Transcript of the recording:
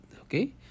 okay